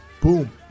Boom